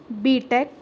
B tech